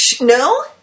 no